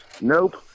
Nope